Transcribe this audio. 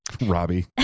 Robbie